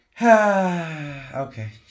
okay